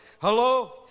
Hello